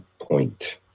point